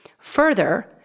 Further